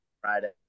Friday